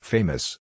Famous